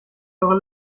eure